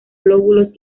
lóbulos